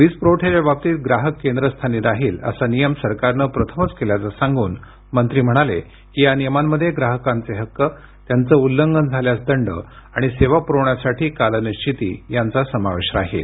वीज पुरवठ्याच्या बाबतीत ग्राहक केंद्रस्थानी राहील असा नियम सरकारनं प्रथमच केल्याचं सांगून मंत्री म्हणाले की या नियमांमध्ये ग्राहकांचे हक्क त्यांचं उल्लंघन झाल्यास दंड आणि सेवा पुरवण्यासाठी कालनिश्विती यांचा समावेश राहील